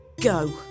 Go